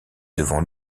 devant